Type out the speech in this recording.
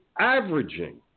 averaging